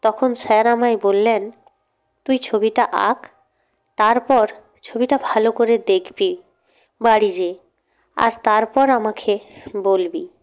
তখন স্যার আমায় বললেন তুই ছবিটা আঁক তারপর ছবিটা ভালো করে দেখবি বাড়ি যেয়ে আর তারপর আমাকে বলবি